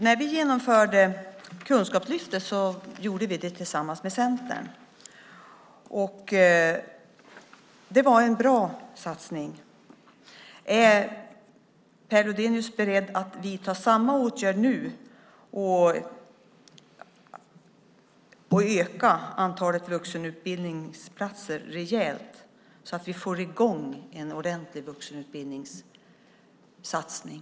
När vi genomförde Kunskapslyftet gjorde vi det tillsammans med Centern. Det var en bra satsning. Är Per Lodenius beredd att vidta samma åtgärd nu och öka antalet vuxenutbildningsplatser rejält så att vi får i gång en ordentlig vuxenutbildningssatsning?